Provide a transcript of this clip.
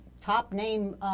top-name